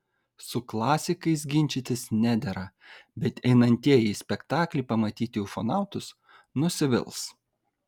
su klasikais ginčytis nedera bet einantieji į spektaklį pamatyti ufonautus nusivils